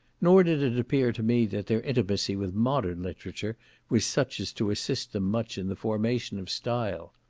nor did it appear to me that their intimacy with modern literature was such as to assist them much in the formation of style.